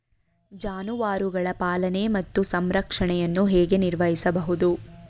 ಜಾನುವಾರುಗಳ ಪಾಲನೆ ಮತ್ತು ಸಂರಕ್ಷಣೆಯನ್ನು ಹೇಗೆ ನಿರ್ವಹಿಸಬಹುದು?